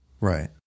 Right